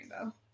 rainbow